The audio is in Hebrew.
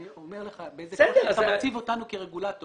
אני אומר לך באיזה קושי זה מציב אותנו כרגולטור.